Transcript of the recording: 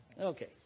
Okay